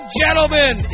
gentlemen